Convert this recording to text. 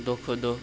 دۄہ کھۄ دۄہ